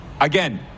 Again